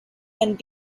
and